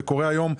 זה קורה היום.